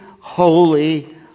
holy